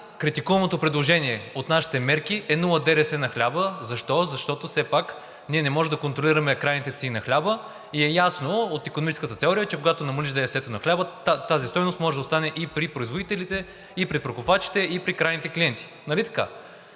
най-критикуваното предложение от нашите мерки – нула ДДС на хляба. Защо? Защото все пак ние не може да контролираме крайните цени на хляба и е ясно от икономическата теория, че когато намалиш ДДС-то на хляба, тази стойност може да остане и при производителите, и при прекупвачите, и при крайните клиенти, нали така?